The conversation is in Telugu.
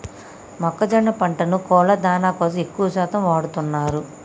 మొక్కజొన్న పంటను కోళ్ళ దానా కోసం ఎక్కువ శాతం వాడుతున్నారు